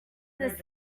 this